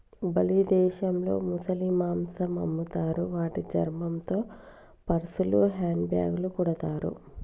Bali దేశంలో ముసలి మాంసం అమ్ముతారు వాటి చర్మంతో పర్సులు, హ్యాండ్ బ్యాగ్లు కుడతారు